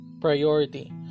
priority